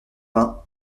vingt